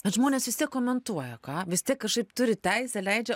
bet žmonės vis tiek komentuoja ką vis tiek kažkaip turi teisę leidžia